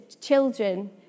children